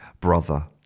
Brother